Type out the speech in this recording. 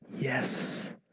Yes